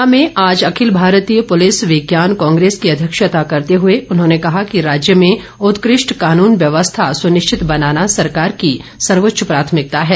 शिमला में आज अखिल भारतीय पुलिस विज्ञान कांग्रेस की अध्यक्षता करते हुए उन्होंने कहा कि राज्य में उत्कृष्ट कानून व्यवस्था सुनिश्चित बनाना सरकार की सर्वोच्च प्राथमिकता है